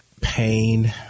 Pain